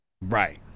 right